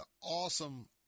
awesome